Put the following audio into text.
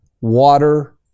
water